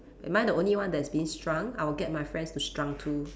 am I the only one that is being shrunk I'll get my friends to shrunk too